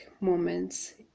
moments